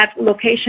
location